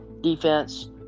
Defense